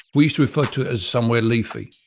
we used to refer to it as somewhere leafy.